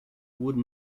would